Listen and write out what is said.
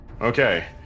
Okay